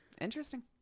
Interesting